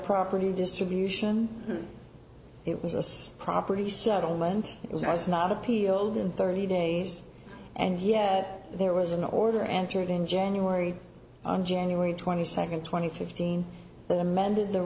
property distribution it was a property settlement it was not appealed in thirty days and yet there was an order entered in january on january twenty second twenty fifteen that amended the